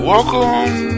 Welcome